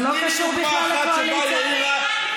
אני אומרת לך שזה לא קשור לקואליציה ואופוזיציה.